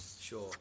Sure